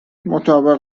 مطابق